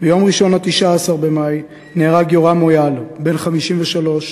ביום ראשון, 19 במאי, נהרג יורם מויאל, בן 53,